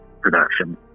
production